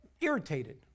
Irritated